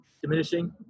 diminishing